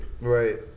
Right